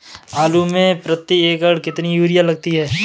आलू में प्रति एकण कितनी यूरिया लगती है?